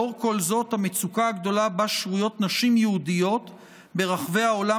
המצוקה הגדולה שבה שרויות נשים יהודיות ברחבי העולם